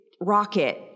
rocket